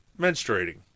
menstruating